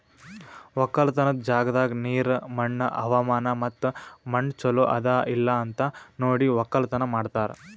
ಒಕ್ಕಲತನದ್ ಜಾಗದಾಗ್ ನೀರ, ಮಣ್ಣ, ಹವಾಮಾನ ಮತ್ತ ಮಣ್ಣ ಚಲೋ ಅದಾ ಇಲ್ಲಾ ಅಂತ್ ನೋಡಿ ಒಕ್ಕಲತನ ಮಾಡ್ತಾರ್